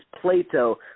Plato